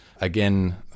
Again